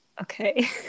okay